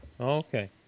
Okay